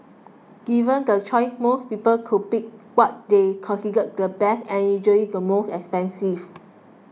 given the choice most people would pick what they consider the best and usually the most expensive